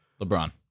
LeBron